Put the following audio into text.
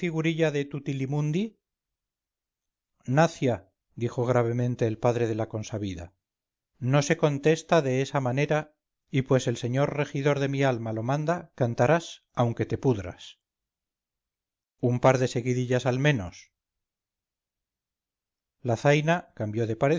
figurilla de tutilimundi nacia dijo gravemente el padre de la consabida no se contesta de esa manera y pues el señor regidor de mi alma lo manda cantarás aunque te pudras un par de seguidillas al menos la zaina cambió de